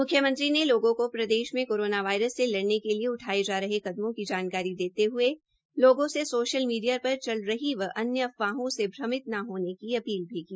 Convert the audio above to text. मुख्यमंत्री ने लोगों को प्रदेश में कोरोना वायरस से लड़ने के लिए उठाये जा रहे कदमों की जानकारी देते हुये लोगों से सोशल मीडिया पर चल रही व अन्य अफवाहों से भ्रमित न होने की अपील की